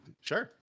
Sure